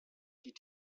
die